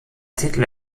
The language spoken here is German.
titel